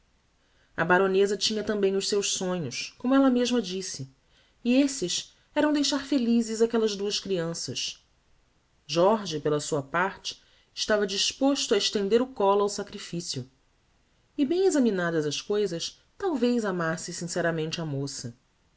a baroneza tambem tinha os seus sonhos como ella mesma disse e esses eram deixar felizes aquellas duas crianças jorge pela sua parte estava dispóto a estender o collo ao sacrificio e bem examinadas as cousas talvez amasse sinceramente a moça